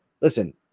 Listen